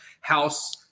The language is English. house